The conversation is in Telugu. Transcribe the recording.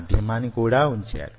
మాధ్యమాన్ని కూడా వుంచారు